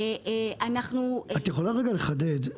תוכלי לחדד?